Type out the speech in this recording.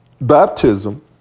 baptism